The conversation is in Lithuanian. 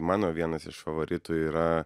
mano vienas iš favoritų yra